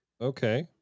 Okay